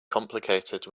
complicated